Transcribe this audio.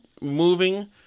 moving